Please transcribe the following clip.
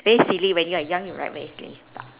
it is silly when you are young right write many stuff